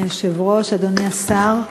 אדוני היושב-ראש, אדוני השר,